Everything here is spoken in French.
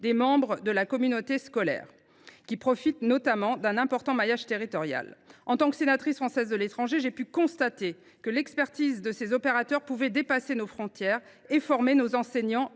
des membres de la communauté éducative, qui profite notamment d’un bon maillage territorial. En tant que sénatrice des Français de l’étranger, j’ai pu constater que l’expertise de ces opérateurs pouvait dépasser nos frontières et aider à la